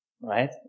Right